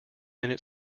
minute